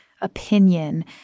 opinion